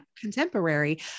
contemporary